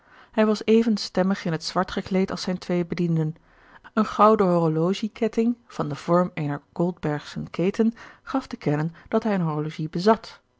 hij was even stemmig in het zwart gekleed als zijne twee bedienden een gouden horologieketting van den vorm eener goldbergschen keten gaf te kennen dat hij een horologie bezat